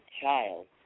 child